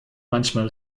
manchmal